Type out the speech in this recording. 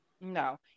No